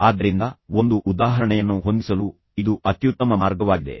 ಆದ್ದರಿಂದ ಒಂದು ಉದಾಹರಣೆಯನ್ನು ಹೊಂದಿಸಲು ಇದು ಅತ್ಯುತ್ತಮ ಮಾರ್ಗವಾಗಿದೆ